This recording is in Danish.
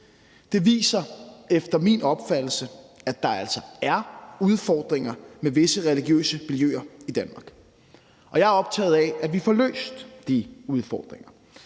Det viser efter min opfattelse, at der altså er udfordringer med visse religiøse miljøer i Danmark. Jeg er optaget af, at vi får løst de udfordringer.